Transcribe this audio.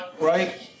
right